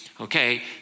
okay